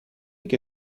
che